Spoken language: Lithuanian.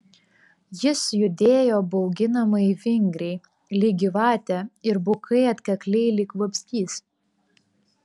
jis judėjo bauginamai vingriai lyg gyvatė ir bukai atkakliai lyg vabzdys